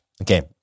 Okay